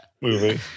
movie